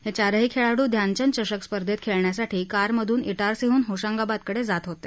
हे चारही खेळाडू ध्यानचंद चषक स्पर्धेत खेळण्यासाठी कारमधून ईटारसीहून होशंगाबादकडे जात होते